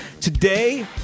Today